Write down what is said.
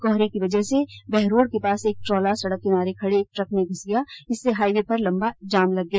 कोहरे की वजह से बहरोड़ के पास एक ट्रोला सड़क किनारे खडे एक ट्रक में घुस गया इससे हाईवे पर लम्बा जाम लग गया